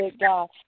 God